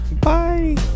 Bye